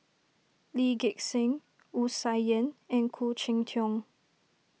Lee Gek Seng Wu Tsai Yen and Khoo Cheng Tiong